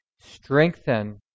strengthen